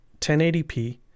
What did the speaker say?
1080p